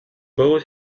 boat